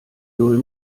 null